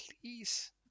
please